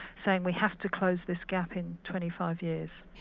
saying we have to close this gap in twenty five years.